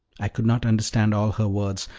i could not understand all her words,